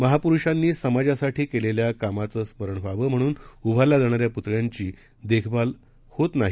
महापुरुषांनीसमाजासाठीकेलेल्याकामाचंस्मरणव्हावंम्हणूनउभारण्यातयेणाऱ्यापुतळ्यांचीदेखभालहोतनाही